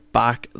back